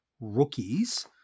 rookies